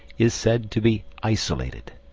is said to be isolated.